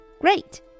Great